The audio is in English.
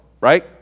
right